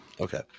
Okay